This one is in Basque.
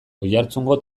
oiartzungo